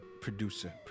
Producer